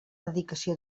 dedicació